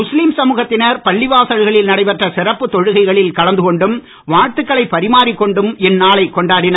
முஸ்லீம் சமூகத்தினர் பள்ளிவாசல்களில் நடைபெற்ற சிறப்பு தொழுகைகளில் கலந்து கொண்டும் வாழ்த்துகைளை பரிமாறிக் கொண்டும் இந்நாளை கொண்டாடினர்